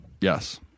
Yes